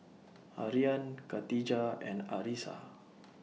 Aryan Katijah and Arissa